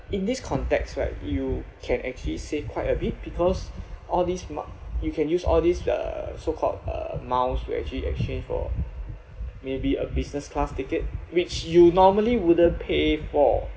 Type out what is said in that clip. in this context right you can actually save quite a bit because all these miles you can use all these uh so called uh miles will actually exchange for maybe a business class ticket which you normally wouldn't pay for